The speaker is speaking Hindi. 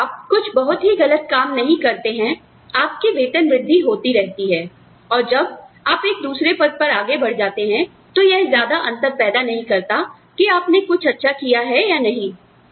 जब तक आप कुछ बहुत ही गलत काम नहीं करते हैं आप की वेतन वृद्धि होती रहती है और जब आप एक दूसरे पद पर आगे बढ़ जाते हैं तो यह ज्यादा अंतर पैदा नहीं करता कि आपने कुछ अच्छा किया है या नहीं